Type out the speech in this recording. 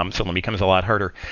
um someone becomes a lot harder.